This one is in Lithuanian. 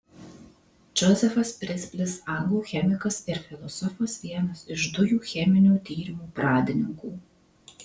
džozefas pristlis anglų chemikas ir filosofas vienas iš dujų cheminių tyrimų pradininkų